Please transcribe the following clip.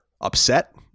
upset